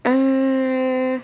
uh